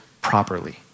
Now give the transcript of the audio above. properly